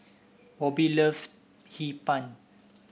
Bobbi loves Hee Pan